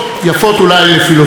אבל מעט מאוד פעמים,